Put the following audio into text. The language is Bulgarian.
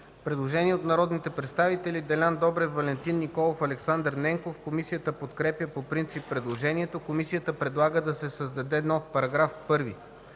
Предложение от народните представители Делян Добрев, Валентин Николов, Александър Ненков. Комисията подкрепя по принцип предложението. Комисията предлага да се създаде нов § 1: „§ 1.